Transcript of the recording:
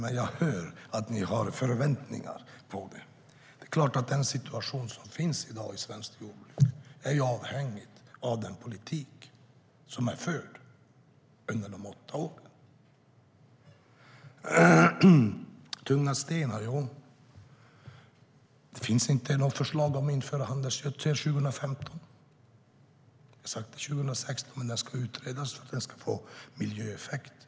Men jag hör att ni har förväntningar på det. Det är klart att den situation som finns i dag i svenskt jordbruk av avhängig av den politik som är förd under de åtta åren. Det talades om tunga stenar. Det finns inte något förslag om att införa en handelsgödselskatt 2015. Det var sagt att det skulle göras 2016, men det ska utredas för att den ska få miljöeffekt.